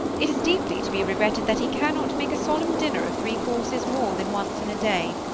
it is deeply to be regretted that he cannot make a solemn dinner of three courses more than once in a day.